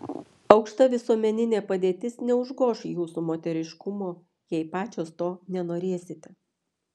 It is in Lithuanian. aukšta visuomeninė padėtis neužgoš jūsų moteriškumo jei pačios to nenorėsite